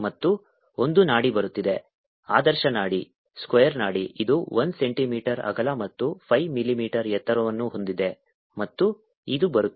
ಮತ್ತು ಒಂದು ನಾಡಿ ಬರುತ್ತಿದೆ ಆದರ್ಶ ನಾಡಿ ಸ್ಕ್ವೇರ್ ನಾಡಿ ಇದು 1 ಸೆಂಟಿಮೀಟರ್ ಅಗಲ ಮತ್ತು 5 ಮಿಲಿಮೀಟರ್ ಎತ್ತರವನ್ನು ಹೊಂದಿದೆ ಮತ್ತು ಇದು ಬರುತ್ತದೆ